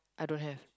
I don't have